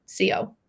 co